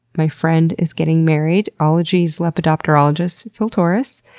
my friend is getting married, ologies lepidopterologist phil torres.